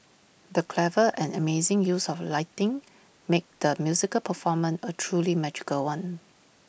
the clever and amazing use of lighting made the musical performance A truly magical one